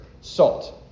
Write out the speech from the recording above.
salt